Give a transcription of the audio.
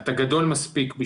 אתה גדול מספיק,